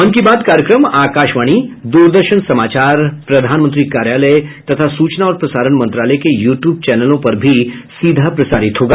मन की बात कार्यक्रम आकाशवाणी दूरदर्शन समाचार प्रधानमंत्री कार्यालय तथा सूचना और प्रसारण मंत्रालय के यूट्यूब चैनलों पर भी सीधा प्रसारित होगा